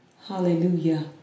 Hallelujah